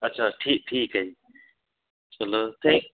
ਅੱਛਾ ਠੀਕ ਠੀਕ ਹੈ ਜੀ ਚਲੋ ਥੈਂਕ